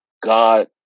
God